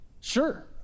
Sure